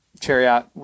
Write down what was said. chariot